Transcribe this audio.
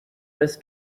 was